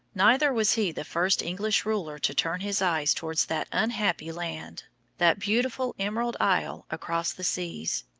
neither was he the first english ruler to turn his eyes towards that unhappy land that beautiful emerald isle across the seas,